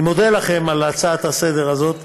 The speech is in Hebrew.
אני מודה לכם על ההצעה לסדר-היום הזאת,